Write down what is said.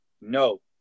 No